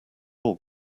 all